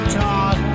talk